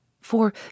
for